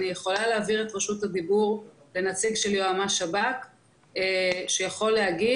אני יכולה להעביר את רשות הדיבור לנציג של יועמ"ש שב"כ שיכול לענות.